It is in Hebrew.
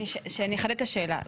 אני אחדד את השאלה.